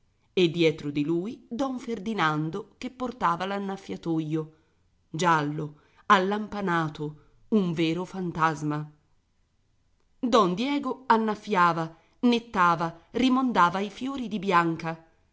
e dietro di lui don ferdinando che portava l'annaffiatoio giallo allampanato un vero fantasma don diego annaffiava nettava rimondava i fiori di bianca